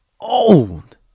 old